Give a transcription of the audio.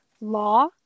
law